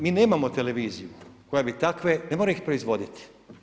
Mi nemamo televiziju, koja bi takve, ne mora ih proizvoditi.